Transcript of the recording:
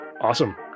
awesome